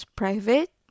private